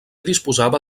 disposava